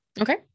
Okay